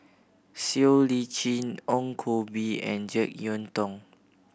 Siow Lee Chin Ong Koh Bee and Jek Yeun Thong